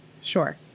Sure